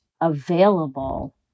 available